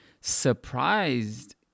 Surprised